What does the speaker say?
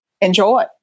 enjoy